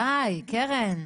די קרן.